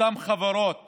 שאותן חברות